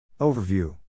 Overview